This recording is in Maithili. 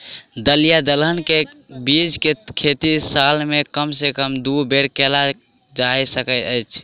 दल या दलहन केँ के बीज केँ खेती साल मे कम सँ कम दु बेर कैल जाय सकैत अछि?